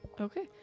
Okay